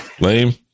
Lame